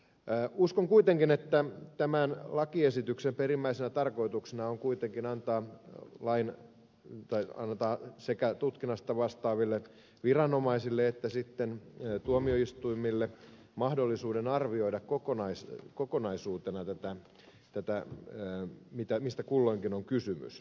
uskon kuitenkin että tämän lakiesityksen perimmäisenä tarkoituksena on antaa sekä tutkinnasta vastaaville viranomaisille että sitten tuomioistuimille mahdollisuus arvioida kokonaisuutena mistä kulloinkin on kysymys